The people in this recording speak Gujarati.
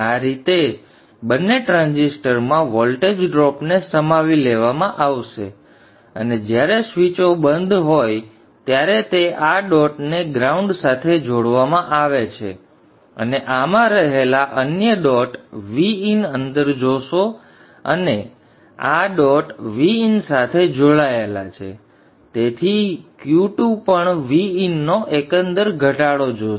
આ રીતે બંને ટ્રાન્ઝિસ્ટરમાં વોલ્ટેજ ડ્રોપ ને સમાવી લેવામાં આવશે અને જ્યારે સ્વીચો બંધ હોય ત્યારે તે આ ડોટને ગ્રાઉંડ સાથે જોડવામાં આવે છે અને આમાં રહેલા અન્ય ડોટ Vin અંદર જોશે અને આ ડોટ Vin સાથે જોડાયેલા છે અને તેથી Q2 પણ Vin નો એકંદર ઘટાડો જોશે